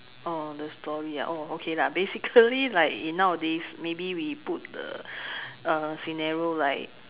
the story okay lah basically like in nowadays maybe we put the uh scenario like